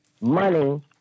money